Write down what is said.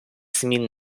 змін